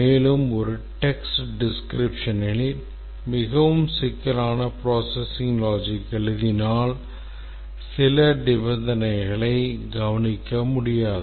மேலும் ஒரு text descriptionல் மிகவும் சிக்கலான processing logic எழுதினால் சில நிபந்தனைகளை கவனிக்க முடியாது